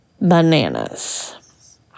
bananas